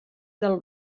del